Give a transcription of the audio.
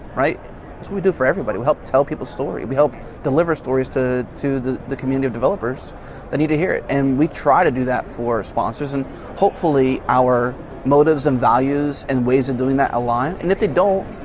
right? that's we do for everybody, we help tell people's story, we help deliver stories to to the the community of developers that need to hear it and we try to do that for sponsors and hopefully our motives and values and ways of doing that align and if they don't,